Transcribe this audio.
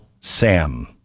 Sam